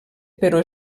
però